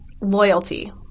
loyalty